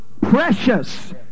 precious